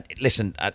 listen